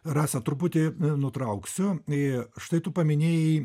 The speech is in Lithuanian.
rasą truputį nutrauksiu i štai tu paminėjai